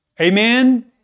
Amen